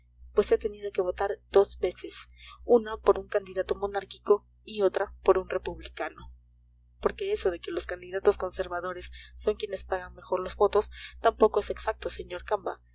pues he tenido que votar dos veces una por un candidato monárquico y otra por un republicano porque eso de que los candidatos conservadores son quienes pagan mejor los votos tampoco es exacto señor camba